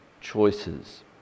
choices